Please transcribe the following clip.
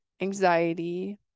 anxiety